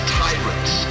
tyrants